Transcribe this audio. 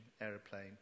aeroplane